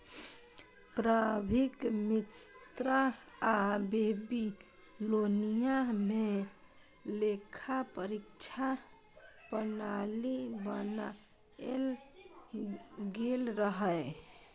प्रारंभिक मिस्र आ बेबीलोनिया मे लेखा परीक्षा प्रणाली बनाएल गेल रहै